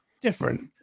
different